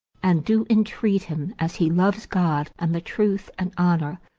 and do entreat him, as he loves god and the truth and honour,